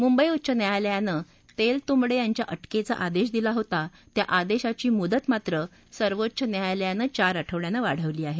मुंबई उच्च न्यायालयानं तेलतुंबडे यांच्या अटकेच्या आदेश दिला होता त्या आदेशाची मुदत मात्र सर्वोच्च न्यायालयानं चार आठवड्यानं वाढवली आहे